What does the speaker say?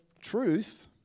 truth